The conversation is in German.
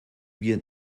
wir